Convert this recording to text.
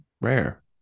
rare